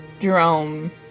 Jerome